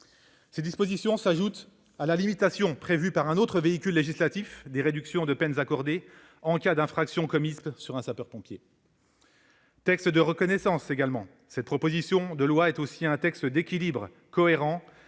Ces dispositions s'ajoutent à la limitation, prévue dans un autre véhicule législatif, des réductions de peine accordées en cas d'infraction commise sur un sapeur-pompier. Texte de reconnaissance, cette proposition de loi est aussi un texte d'équilibre, cohérent